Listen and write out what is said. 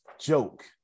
joke